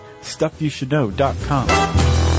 StuffYouShouldKnow.com